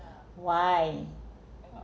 why